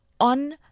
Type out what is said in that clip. on